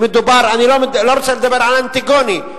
אני לא רוצה לדבר על אנטיגונה,